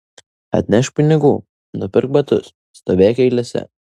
atnešk pinigų nupirk batus stovėk eilėse